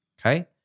okay